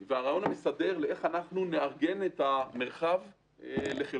והרעיון המסדר שעונה על השאלה איך אנחנו נארגן את המרחב לחירום.